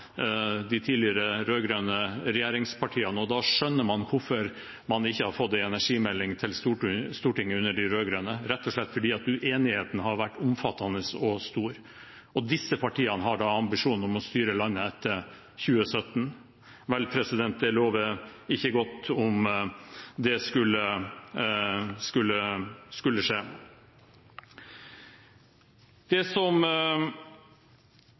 de rød-grønne tidligere regjeringspartiene, og da skjønner man hvorfor man ikke har fått en energimelding til Stortinget under de rød-grønne. Det er rett og slett fordi uenigheten har vært omfattende og stor. Og disse partiene har ambisjoner om å styre landet etter 2017! Det lover ikke godt om det skulle skje. Det som